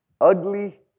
ugly